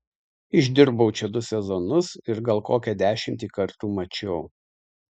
išdirbau čia du sezonus ir gal kokią dešimtį kartų mačiau